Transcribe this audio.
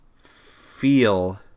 feel